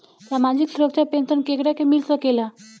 सामाजिक सुरक्षा पेंसन केकरा के मिल सकेला?